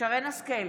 שרן מרים השכל,